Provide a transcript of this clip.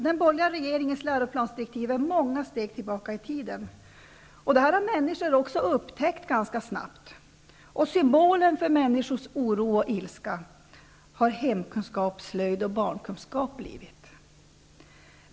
Den borgerliga regeringens läroplansdirektiv innebär många steg tillbaka i tiden. Det här har människor ganska snabbt upptäckt. En symbol för människors oro och ilska har ämnena hemkunskap, slöjd och barnkunskap blivit.